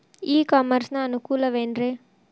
E commerce ನ ಅನುಕೂಲವೇನ್ರೇ?